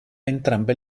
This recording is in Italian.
entrambe